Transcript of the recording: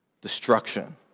destruction